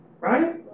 right